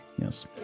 Yes